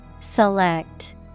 Select